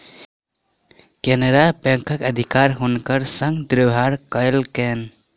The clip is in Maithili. केनरा बैंकक अधिकारी हुनकर संग दुर्व्यवहार कयलकैन